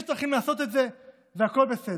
יש דרכים לעשות את זה והכול בסדר.